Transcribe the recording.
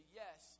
yes